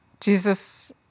Jesus